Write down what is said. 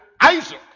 isaac